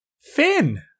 Finn